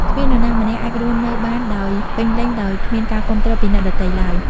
គ្មាននរណាម្នាក់អាចរស់នៅបានដោយពេញលេញដោយគ្មានការគាំទ្រពីអ្នកដទៃឡើយ។